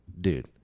dude